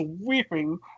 weeping